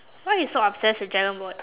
why you so obsessed with dragon boat